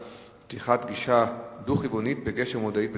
פתיחת גישה דו-כיוונית בגשר מודעי בתל-אביב.